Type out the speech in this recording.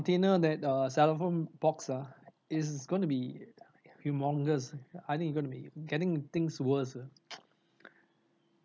container that err styrofoam box ah it is gonna be humongous I think it gonna be getting things worse